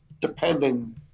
depending